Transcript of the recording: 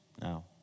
Now